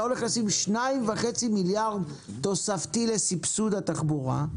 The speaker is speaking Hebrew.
אתה הולך לשים 2.5 מיליארד תוספתי לסבסוד התחבורה.